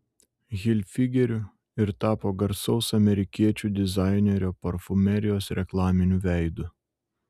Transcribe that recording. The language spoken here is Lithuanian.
hilfigeriu ir tapo garsaus amerikiečių dizainerio parfumerijos reklaminiu veidu